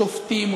שופטים,